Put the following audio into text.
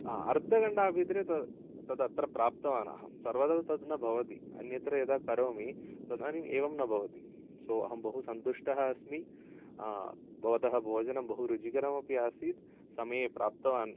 हा अर्धघण्टाभ्यन्तरे तत् अत्र प्राप्तवान् अहं सर्वदा तत् न भवति अन्यद्र तत् यदा करोमि तदानीम् एवं न भवति सो अहं बहु सन्तुष्टः अस्मि भवतः भोजनं बहु रुचिकरमपि आसीत् समये प्राप्तवान्